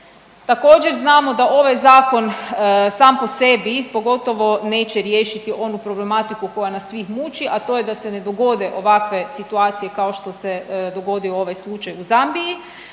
Također znamo da ovaj zakon sam po sebi pogotovo neće riješiti onu problematiku koja nas svih muči, a to je da se ne dogode ovakve situacije kao što se dogodio ovaj slučaj u Zambiji,